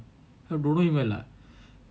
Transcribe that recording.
to do in my life